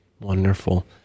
Wonderful